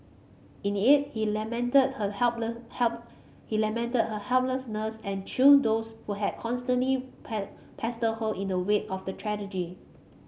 in it he lamented her help he lamented her helplessness and chided those who had constantly pie pestered her in the wake of the tragedy